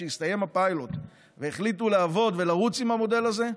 כשהסתיים הפיילוט והחליטו לעבוד ולרוץ עם המודל הזה,